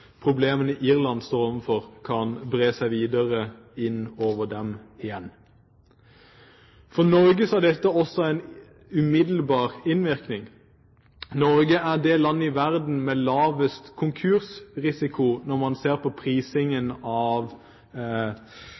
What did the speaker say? problemene Irland står overfor, som kan bre seg videre inn over dem igjen. For Norge har dette også en umiddelbar innvirkning. Norge er det land i verden med lavest konkursrisiko når man ser på prisingen av